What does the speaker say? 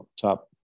top